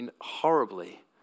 horribly